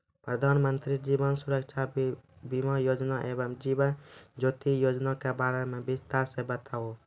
प्रधान मंत्री जीवन सुरक्षा बीमा योजना एवं जीवन ज्योति बीमा योजना के बारे मे बिसतार से बताबू?